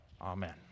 Amen